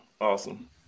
awesome